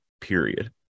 period